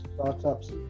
startups